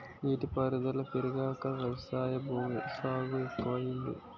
నీటి పారుదుల పెరిగాక వ్యవసాయ భూమి సాగు ఎక్కువయింది